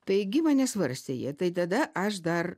taigi mane svarstė jie tai tada aš dar